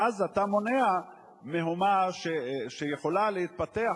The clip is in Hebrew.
ואז אתה מונע מהומה שיכולה להתפתח.